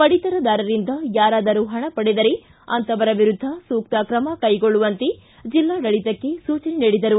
ಪಡಿತರದಾರರಿಂದ ಯಾರಾದರೂ ಹಣ ಪಡೆದರೆ ಅಂತವರ ವಿರುದ್ದ ಸೂಕ್ತ ಕ್ರಮ ಕೈಗೊಳ್ಳುವಂತೆ ಜಿಲ್ಲಾಡಳಿತಕ್ಕೆ ಸೂಚನೆ ನೀಡಿದರು